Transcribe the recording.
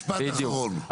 משפט אחרון.